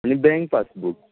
आनी bank passbook